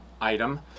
item